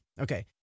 Okay